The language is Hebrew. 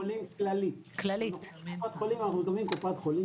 קופת חולים כללית, כשאנחנו אומרים קופת חולים,